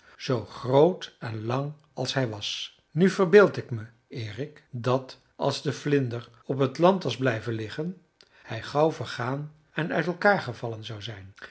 zoo groot en lang als hij was nu verbeeld ik me erik dat als de vlinder op het land was blijven liggen hij gauw vergaan en uit elkaar gevallen zou zijn